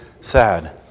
sad